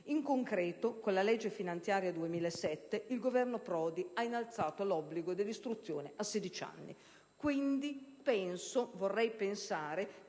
In concreto, con la legge finanziaria 2007, il Governo Prodi ha innalzato l'obbligo di istruzione a 16 anni. Vorrei pensare